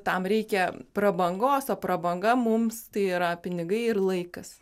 tam reikia prabangos o prabanga mums tai yra pinigai ir laikas